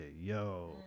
yo